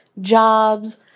jobs